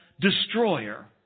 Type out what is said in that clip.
destroyer